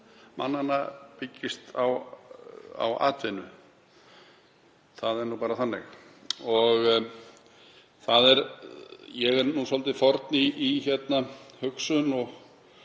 mannanna byggist á atvinnu. Það er nú bara þannig. Ég er nú svolítið forn í hugsun og